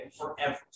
forever